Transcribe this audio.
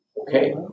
okay